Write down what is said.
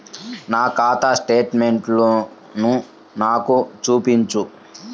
నా ఖాతా స్టేట్మెంట్ను నాకు చూపించు